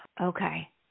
Okay